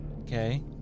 Okay